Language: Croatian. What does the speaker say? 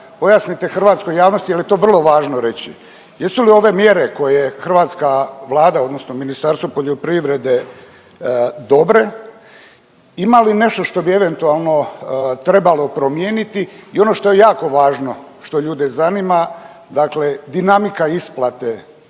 pojasnite hrvatskoj javnosti jer je to vrlo važno reći. Jesu li ove mjere koje hrvatska Vlada odnosno Ministarstvo poljoprivrede dobre, ima li nešto što bi eventualno trebalo promijeniti i ono što je jako važno, što ljude zanima. Dakle, dinamika isplate